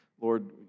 Lord